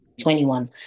21